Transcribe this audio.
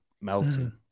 melting